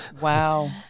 Wow